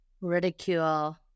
ridicule